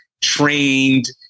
trained